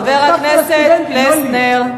חבר הכנסת פלסנר.